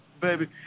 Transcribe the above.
baby